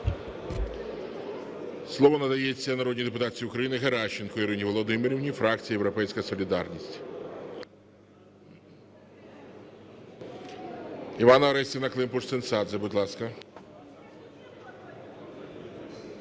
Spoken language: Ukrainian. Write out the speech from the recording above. Слово надається народній депутатці України Геращенко Ірині Володимирівні, фракція "Європейська солідарність".